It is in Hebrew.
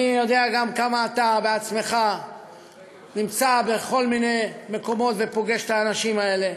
אני יודע גם כמה אתה עצמך נמצא בכל מיני מקומות ופוגש את האנשים האלה,